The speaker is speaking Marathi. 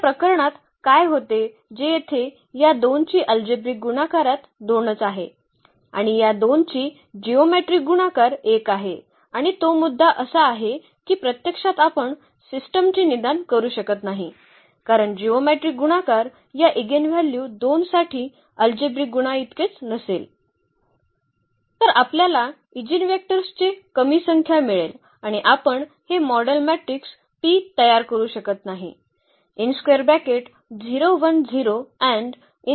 या प्रकरणात काय होते जे येथे या 2 ची अल्जेब्रिक गुणाकारात 2 आहे आणि या 2 ची जिओमेट्रीक गुणाकार 1 आहे आणि तो मुद्दा असा आहे की प्रत्यक्षात आपण सिस्टमचे निदान करू शकत नाही कारण जिओमेट्रीक गुणाकार या इगेनव्ह्ल्यू 2 साठी अल्जेब्रिक गुणाइतके नसेल तर आपल्याला ईजीनवेक्टर्सचे कमी संख्या मिळेल आणि आपण हे मॉडेल मॅट्रिक्स P तयार करू शकत नाही